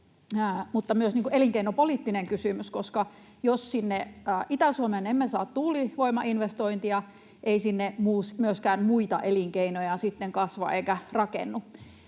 mutta myös elinkeinopoliittinen kysymys, koska jos sinne Itä-Suomeen emme saa tuulivoimainvestointia, ei sinne myöskään muita elinkeinoja sitten kasva eikä rakennu.